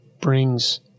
brings